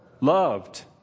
Loved